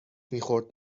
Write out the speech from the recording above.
میخورد